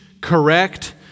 correct